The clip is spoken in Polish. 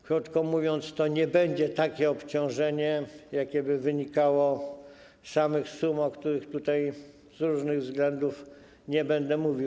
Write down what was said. Krótko mówiąc, to nie będzie takie obciążenie, jakie by wynikało z samych sum, o których tutaj z różnych względów nie będę mówił.